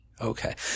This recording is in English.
Okay